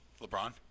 LeBron